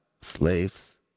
slaves